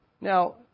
now